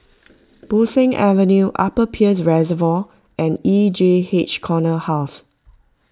Bo Seng Avenue Upper Peirce Reservoir and E J H Corner House